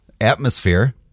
atmosphere